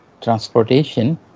transportation